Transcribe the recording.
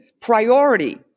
priority